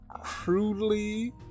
crudely